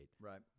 Right